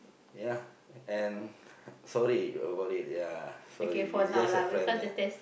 ya and sorry about it ya sorry you're just a friend ya